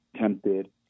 tempted